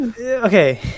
okay